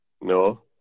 no